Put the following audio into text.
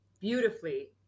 beautifully